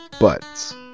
buts